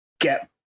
get